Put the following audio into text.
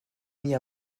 mis